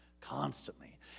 Constantly